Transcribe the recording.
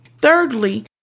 Thirdly